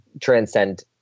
transcend